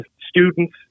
students